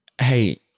Hey